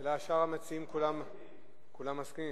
השאלה אם שאר המציעים, כולם, מסכימים.